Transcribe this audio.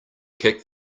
kick